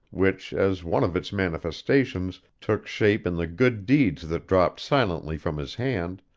which, as one of its manifestations, took shape in the good deeds that dropped silently from his hand,